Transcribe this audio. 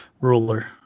Ruler